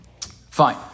Fine